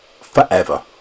Forever